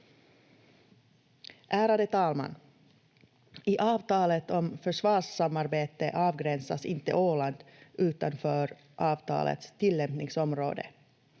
Ärade talman! I avtalet om försvarssamarbete avgränsas inte Åland utanför avtalets tillämpningsområde.